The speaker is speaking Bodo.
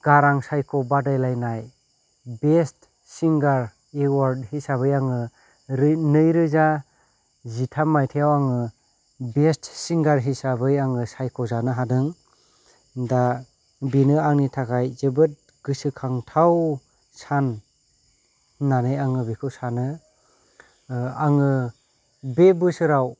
गारां सायख' बादायलायनाय बेष्ट सिंगार एवार्ड हिसाबै आङो नै रोजा जिथाम माइथायाव आङो बेष्ट सिंगार हिसाबै आङो सायख'जानो हादों दा बेनो आंनि थाखाय जोबोद गोसोखांथाव सान होननानै आङो बेखौ सानो आङो बे बोसोराव